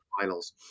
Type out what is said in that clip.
finals